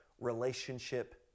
relationship